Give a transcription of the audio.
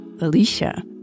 Alicia